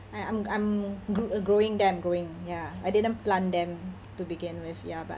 I'm I'm gr~ growing them growing ya I didn't plant them to begin with ya but